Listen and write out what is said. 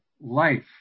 life